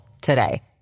today